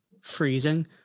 freezing